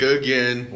again